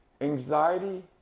Anxiety